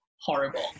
horrible